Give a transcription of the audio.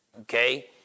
okay